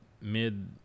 mid